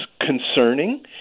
concerning